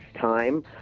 time